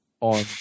on